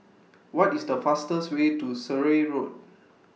What IS The fastest Way to Surrey Road